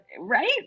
right